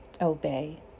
Obey